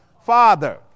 Father